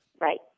Right